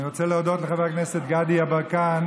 אני רוצה להודות לחבר הכנסת גדי יברקן על